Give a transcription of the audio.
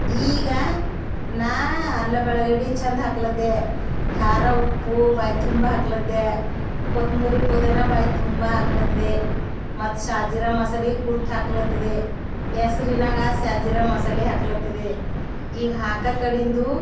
ಈಗ ನಾ ಅಲ್ಲ ಬೆಳಗಡಿ ಚಂದ ಹಾಕ್ಲದ್ದೇ ಖಾರ ಉಪ್ಪು ಬಾಯಿ ತುಂಬ ಹಾಕ್ಲದ್ದೇ ಕೊತ್ಮುರಿ ಪುದಿನಾ ಬಾಯಿ ತುಂಬ ಹಾಕ್ಲತ್ತಿದೆ ಮತ್ತು ಸ್ಯಾಜರ ಮಸಾಲೆ ಕುಟ್ಟಿ ಹಾಕ್ಲತ್ತಿದೆ ಎಸರಿನಾಗ ಸ್ಯಾಜರ ಮಸಾಲೆ ಹಾಕ್ಲತ್ತಿದೆ ಈಗ ಹಾಕೋ ಕಡಿಂದು